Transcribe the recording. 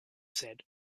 said